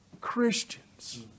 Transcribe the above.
Christians